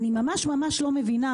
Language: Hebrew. אני ממש ממש לא מבינה,